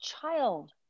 child